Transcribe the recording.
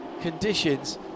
conditions